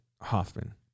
Hoffman